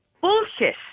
bullshit